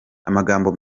amagambo